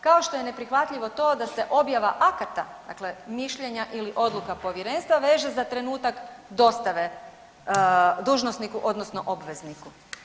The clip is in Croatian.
Kao što je neprihvatljivo to da se objava akata, dakle mišljenja ili odluka povjerenstva veže za trenutak dostave dužnosniku odnosno obvezniku.